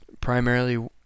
primarily